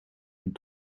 een